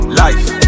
life